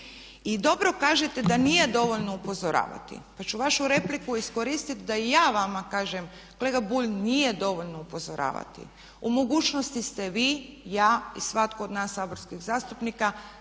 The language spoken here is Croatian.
I dobro kažete da nije dovoljno upozoravati, pa ću vašu repliku iskoristiti da i ja vama kažem kolega Bulj nije dovoljno upozoravati. U mogućnosti ste vi, ja i svatko od nas saborskih zastupnika